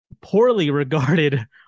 poorly-regarded